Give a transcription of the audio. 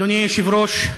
אדוני היושב-ראש,